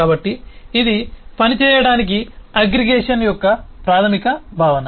కాబట్టి ఇది పనిచేయడానికి అగ్రిగేషన్ యొక్క ప్రాథమిక భావన